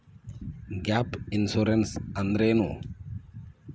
Gap insurance ಅಂದ್ರೇನು?